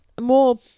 more